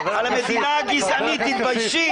תתביישי.